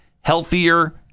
healthier